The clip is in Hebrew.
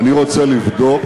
אני רוצה לבדוק